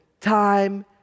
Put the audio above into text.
time